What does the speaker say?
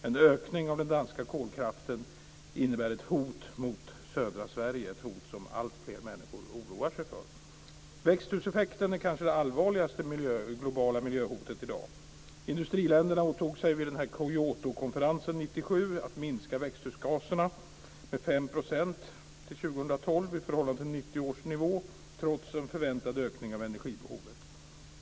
En ökning av den danska kolkraften innebär ett hot mot södra Sverige - ett hot som alltfler människor oroar sig för. Växthuseffekten är kanske det allvarligaste globala miljöhotet i dag. Industriländerna åtog sig vid Kyotokonferensen 1997 att minska växthusgaserna med 5 % till 2012 i förhållande till 1990 års nivå, trots en förväntad ökning av energibehovet.